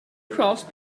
cross